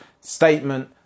statement